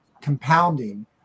compounding